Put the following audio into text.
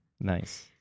Nice